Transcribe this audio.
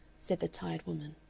said the tired woman.